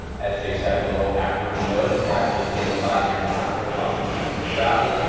as jay sekulow actually noted, it actually came five years after the constitution was drafted.